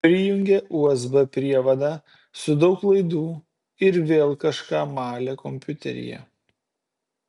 prijungė usb prievadą su daug laidų ir vėl kažką malė kompiuteryje